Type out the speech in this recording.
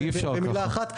אני אהיה בשקט.